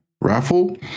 raffle